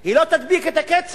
היא לא תדביק את הקצב.